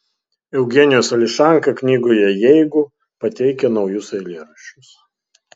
eugenijus ališanka knygoje jeigu pateikia naujus eilėraščius